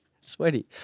sweaty